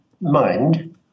mind